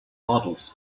modules